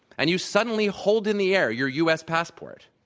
and you suddenly hold in the air your u. s. passport,